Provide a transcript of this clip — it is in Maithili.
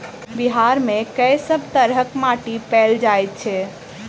बिहार मे कऽ सब तरहक माटि पैल जाय छै?